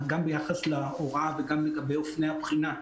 גם ביחס להוראה וגם לגבי אופני הבחינה,